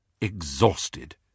exhausted